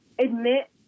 admit